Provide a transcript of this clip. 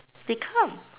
they come